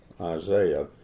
Isaiah